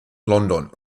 london